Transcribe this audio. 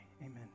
amen